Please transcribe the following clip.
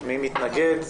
מי נגד?